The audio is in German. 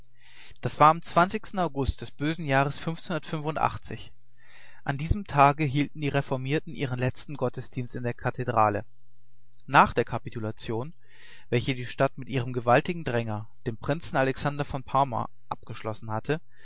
das war am zwanzigsten august des bösen jahres fünfzehnhundertfünfundachtzig an diesem tage hielten die reformierten ihren letzten gottesdienst in der kathedrale nach der kapitulation welche die stadt mit ihrem gewaltigen dränger dem prinzen alexander von parma abgeschlossen hatte